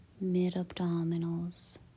mid-abdominals